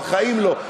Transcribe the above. בחיים לא,